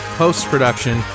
post-production